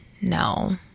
No